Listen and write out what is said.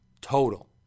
Total